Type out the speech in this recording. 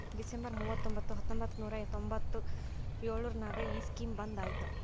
December ಮೂವತೊಂಬತ್ತು ಹತ್ತೊಂಬತ್ತು ನೂರಾ ತೊಂಬತ್ತು ಎಳುರ್ನಾಗ ಈ ಸ್ಕೀಮ್ ಬಂದ್ ಐಯ್ತ